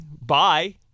bye